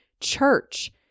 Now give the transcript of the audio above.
church